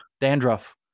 dandruff